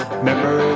Remember